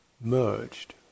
merged